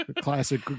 classic